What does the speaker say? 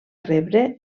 rebre